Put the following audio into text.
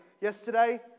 yesterday